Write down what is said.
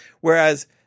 Whereas –